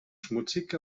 schmutzig